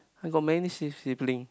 I got many si~ siblings